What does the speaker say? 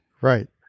Right